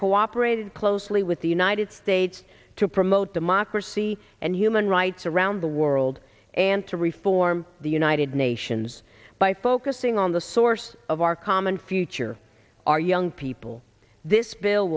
cooperated closely with the united states to promote democracy and human rights around the world and to reform the united nations by focusing on the source of our common future our young people this bill